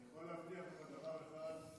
אני יכול להבטיח לך דבר אחד,